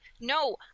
no